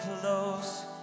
close